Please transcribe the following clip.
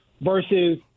versus